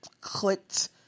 clicked